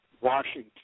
Washington